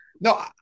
No